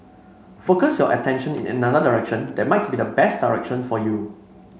focus your attention in another direction that might be the best direction for you